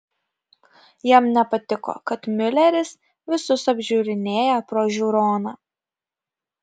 jam nepatiko kad miuleris visus apžiūrinėja pro žiūroną